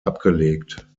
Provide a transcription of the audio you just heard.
abgelegt